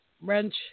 wrench